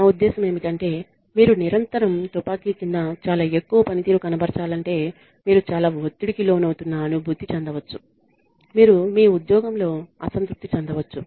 నా ఉద్దేశ్యం ఏమిటంటే మీరు నిరంతరం గన్ కింద చాలా ఎక్కువ పనితీరు కనబరచాలంటే మీరు చాలా ఒత్తిడికి లోనవుతున్న అనుభూతి చెందవచ్చు మీరు మీ ఉద్యోగంలో అసంతృప్తి చెందవచ్చు